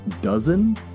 Dozen